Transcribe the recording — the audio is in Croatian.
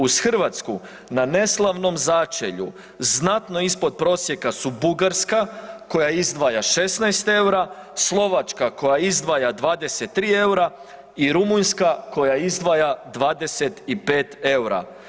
Uz Hrvatsku, na neslavnom začelju znatno ispod prosjeka su Bugarska, koja izdvaja 16 eura, Slovačka koja izdvaja 23 eura i Rumunjska koja izdvaja 25 eura.